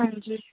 ਹਾਂਜੀ